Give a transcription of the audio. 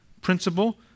principle